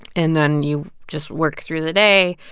and then you just work through the day.